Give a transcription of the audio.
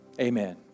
amen